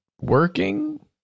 working